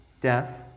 death